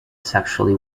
sexually